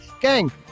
gang